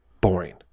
boring